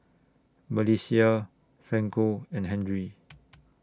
Melissia Franco and Henry